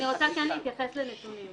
עכשיו אני רוצה כן להתייחס לנתונים.